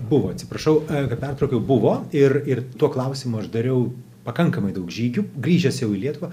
buvo atsiprašau kad pertraukiau buvo ir ir tuo klausimu aš dariau pakankamai daug žygių grįžęs jau į lietuvą